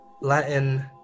latin